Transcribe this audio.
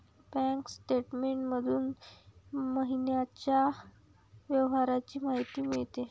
bank statement मधून महिन्याच्या व्यवहारांची माहिती मिळते